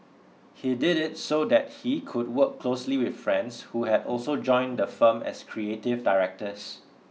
he did it so that he could work closely with friends who had also joined the firm as creative directors